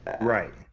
Right